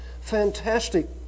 fantastic